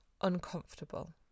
uncomfortable